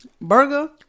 burger